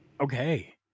Okay